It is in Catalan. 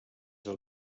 del